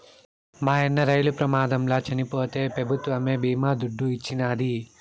మాయన్న రైలు ప్రమాదంల చచ్చిపోతే పెభుత్వమే బీమా దుడ్డు ఇచ్చినాది